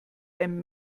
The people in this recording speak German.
einem